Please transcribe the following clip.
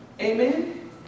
Amen